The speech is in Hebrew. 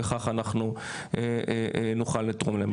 וכך אנחנו נוכל לתרום להם.